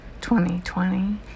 2020